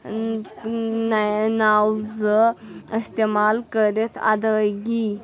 ٲں نَو زٕ استعمال کٔرِتھ ادٲیگی